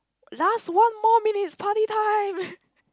last one more minutes party time